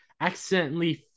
accidentally